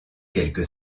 quelque